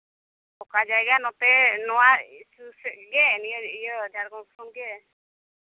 ᱚᱠᱟ ᱡᱟᱭᱜᱟ ᱱᱚᱛᱮ ᱱᱚᱣᱟ ᱱᱤᱭᱟᱹ ᱥᱩᱨ ᱥᱮᱫ ᱜᱮ ᱱᱤᱭᱟᱹ ᱡᱷᱟᱲᱠᱷᱚᱸᱰ ᱥᱮᱫ ᱜᱮ